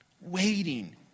Waiting